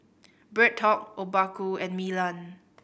BreadTalk Obaku and Milan